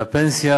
והפנסיה